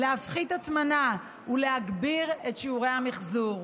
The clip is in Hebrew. להפחית הטמנה ולהגביר את שיעורי המחזור.